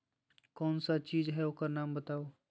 कौन सा चीज है ओकर नाम बताऊ?